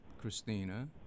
Christina